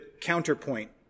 counterpoint